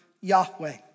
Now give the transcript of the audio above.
Yahweh